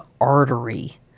artery